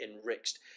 enriched